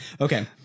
okay